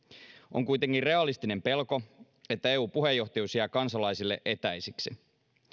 on kuitenkin realistinen pelko että eu puheenjohtajuus jää kansalaisille etäiseksi